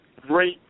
great